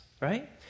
right